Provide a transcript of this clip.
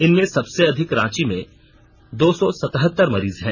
इनमें सबसे अधिक रांची में दो सौ सतहत्तर मरीज हैं